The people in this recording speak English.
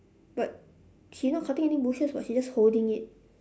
but she not cutting any bushes [what] she just holding it